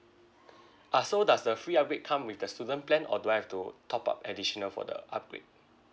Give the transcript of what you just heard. uh so does the free upgrade come with the student plan or do I have to top up additional for the upgrade